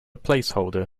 placeholder